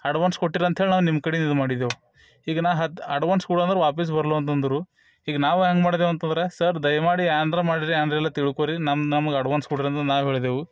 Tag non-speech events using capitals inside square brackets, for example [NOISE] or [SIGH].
advance ಕೊಟ್ಟೀರಿ ಅಂತೇಳಿ ನಾವು ನಿಮ್ಮ ಕಡೆಂದ ಇದು ಮಾಡಿದೆವು ಈಗ ನಾನು ಅದ ಅಡ್ವಾನ್ಸ್ ಕೊಡು ಅಂದ್ರೆ ವಾಪಸ್ ಬರಲ್ವು ಅಂತಂದರು ಈಗ ನಾವು ಹ್ಯಾಂಗೆ ಮಾಡಿದೆವು ಅಂತಂದ್ರೆ ಸರ್ ದಯಮಾಡಿ ಆಂದ್ರ ಮಾಡಿರಿ [UNINTELLIGIBLE] ತಿಳ್ದ್ಕೊರಿ ನಮ್ಮ ನಮಗೆ ಅಡ್ವಾನ್ಸ್ ಕೊಡಿರಿ ಅಂತ ನಾವು ಹೇಳಿದೆವು